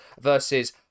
versus